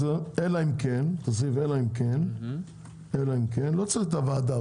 -- אלא אם כן תוסיף לא צריך את הוועדה.